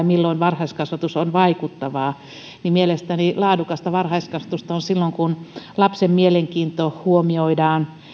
milloin varhaiskasvatus on vaikuttavaa mielestäni laadukasta varhaiskasvatusta on silloin kun lapsen mielenkiinto huomioidaan